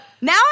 Now